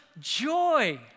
joy